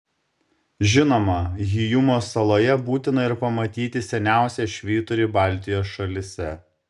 žinoma hyjumos saloje būtina ir pamatyti seniausią švyturį baltijos šalyse